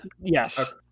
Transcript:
Yes